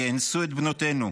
יאנסו את בנותינו,